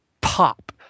pop